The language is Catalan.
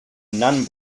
nan